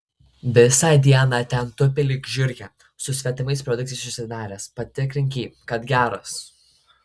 visą dieną ten tupi lyg žiurkė su svetimais produktais užsidaręs patikrink jį kad geras